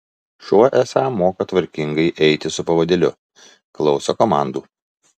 šuo esą moka tvarkingai eiti su pavadėliu klauso komandų